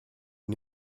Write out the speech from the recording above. est